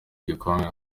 gikomeye